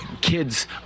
kids